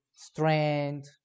Strength